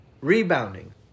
rebounding